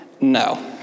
No